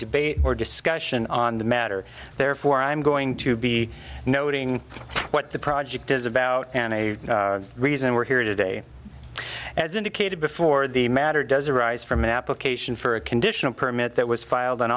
debate or discussion on the matter therefore i'm going to be noting what the project is about and a reason we're here today as indicated before the matter does arise from an application for a conditional permit that was filed on